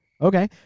Okay